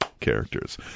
characters